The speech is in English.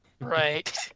Right